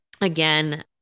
again